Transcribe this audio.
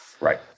Right